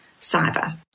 cyber